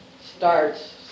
starts